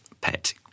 Pet